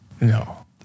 No